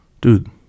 Dude